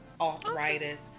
arthritis